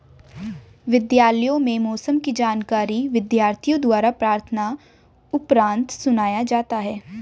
विद्यालयों में मौसम की जानकारी विद्यार्थियों द्वारा प्रार्थना उपरांत सुनाया जाता है